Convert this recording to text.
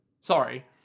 sorry